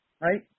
right